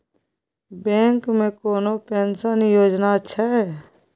Bank मे कोनो pension योजना छै?